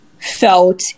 felt